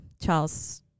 Charles